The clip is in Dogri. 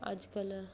अजकल